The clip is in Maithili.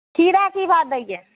खीरा की भाव दैये